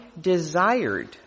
desired